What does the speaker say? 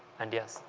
and, yes,